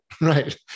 Right